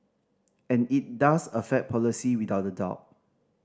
and it does affect policy without a doubt